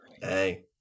Hey